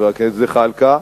חבר הכנסת זחאלקה,